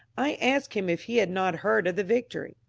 i asked him if he had not heard of the victory.